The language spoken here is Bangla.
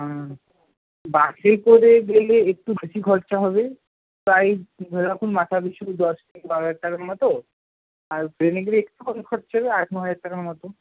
হ্যাঁ বাসে করে গেলে একটু বেশি খরচা হবে প্রায় ধরে রাখুন মাথা পিছু দশ থেকে বারো হাজার টাকার মতো আর ট্রেনে গেলে একটু কম খরচা হবে আট নহাজার টাকা মতো